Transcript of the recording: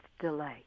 delay